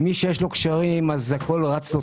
מי שיש לו קשרים הכל רץ לו טוב שם.